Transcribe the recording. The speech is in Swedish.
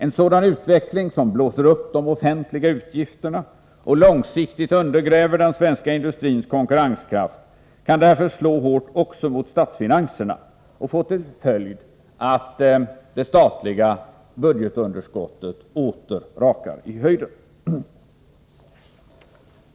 En sådan utveckling som blåser upp de offentliga utgifterna och långsiktigt undergräver den svenska industrins konkurrenskraft kan därför slå hårt också mot statsfinanserna och få till följd att det statliga budgetunderskottet åter rakar i höjden.